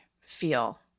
feel